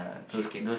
I'm chicken